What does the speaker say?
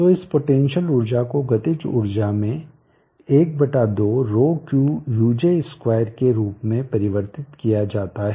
तो इस पोटेंशियल ऊर्जा को गतिज ऊर्जा में 12 ρQuj2 के रूप में परिवर्तित किया जाता है